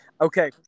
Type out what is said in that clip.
Okay